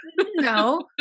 no